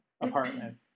apartment